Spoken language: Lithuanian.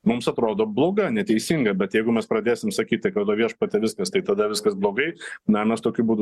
mums atrodo bloga neteisinga bet jeigu mes pradėsim sakyti kad o viešpatie viskas tai tada viskas blogai na mes tokiu būdu